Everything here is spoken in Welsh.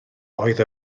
oedd